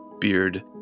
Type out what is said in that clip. beard